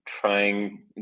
trying